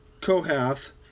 Kohath